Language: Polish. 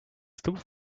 stóp